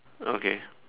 okay